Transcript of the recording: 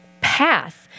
path